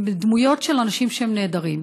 עם דמויות של אנשים נעדרים.